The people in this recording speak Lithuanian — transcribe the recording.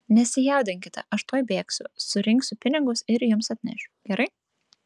nesijaudinkite aš tuoj bėgsiu surinksiu pinigus ir jums atnešiu gerai